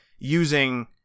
Using